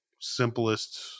simplest